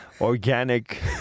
organic